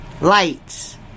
lights